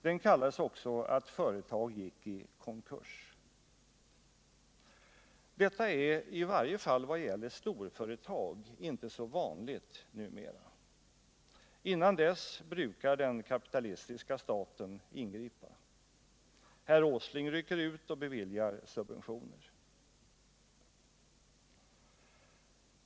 Det hette att företag gick i konkurs. Detta är, i varje fall i vad gäller storföretag, inte så vanligt numera. Innan dess brukar den kapitalistiska staten ingripa. Herr Åsling rycker ut och beviljar subventioner.